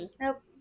Nope